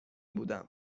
بودم